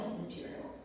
material